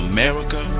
America